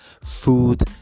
food